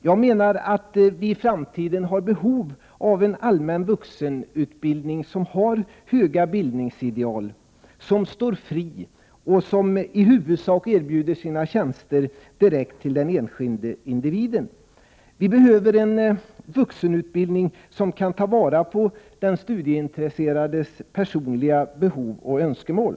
Jag menar att vi i framtiden har behov av en allmän vuxenutbildning som har höga bildningsideal, som står fri och som i huvudsak erbjuder sina tjänster direkt till den enskilde individen. Vi behöver en vuxenutbildning Prot. 1988/89:104 som kan ta vara på den studieintresserades personliga behov och önskemål.